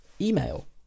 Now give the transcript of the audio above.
email